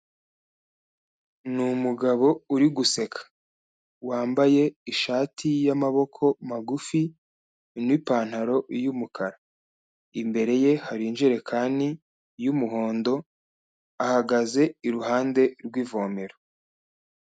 Ni umugabo uri guseka wambaye ishati y'amaboko magufi n'ipantaro y'umukara, imbere ye hari ijerekani y'umuhondo, ahagaze iruhande rw'ivomero.